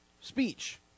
speech